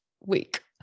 week